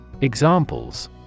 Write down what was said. Examples